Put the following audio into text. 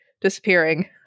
disappearing